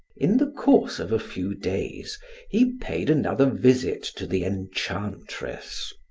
in the course of a few days he paid another visit to the enchantress.